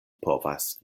povas